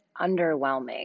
underwhelming